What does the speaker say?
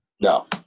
No